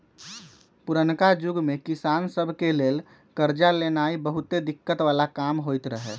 पुरनका जुग में किसान सभ के लेल करजा लेनाइ बहुते दिक्कत् बला काम होइत रहै